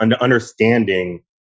understanding